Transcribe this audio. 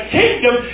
kingdom